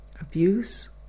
abuse